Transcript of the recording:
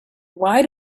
why